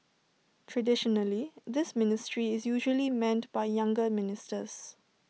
traditionally this ministry is usually manned by younger ministers